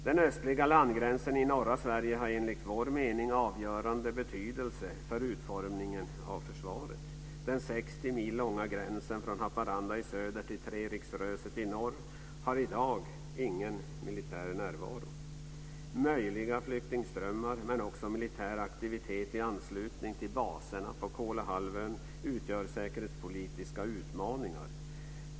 Den östliga landgränsen i norra Sverige har enligt vår mening avgörande betydelse för utformningen av försvaret. Den 60 mil långa gränsen från Haparanda i söder till Treriksröset i norr har i dag ingen militär närvaro. Möjliga flyktingströmmar, men också militär aktivitet i anslutning till baserna på Kolahalvön, utgör säkerhetspolitiska utmaningar.